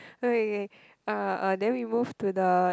okay k uh uh then we move to the